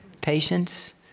Patience